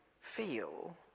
feel